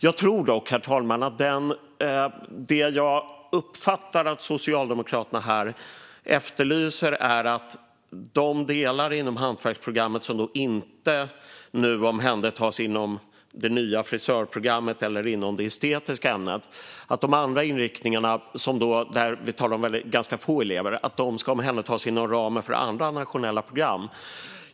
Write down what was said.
Jag uppfattar, herr talman, att det som Socialdemokraterna efterlyser är att de inriktningar inom hantverksprogrammet som inte nu omhändertas inom det nya frisörprogrammet eller inom det estetiska ämnet, där vi talar om ganska få elever, ska omhändertas inom ramen för andra nationella program.